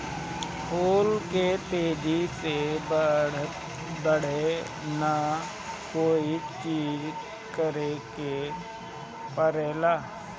फूल के तेजी से बढ़े ला कौन चिज करे के परेला?